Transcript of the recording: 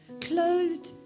clothed